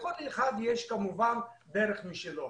לכל אחד יש דרך משלו